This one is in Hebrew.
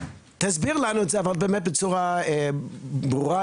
תסביר לנו את זה בצורה ברורה,